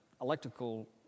electrical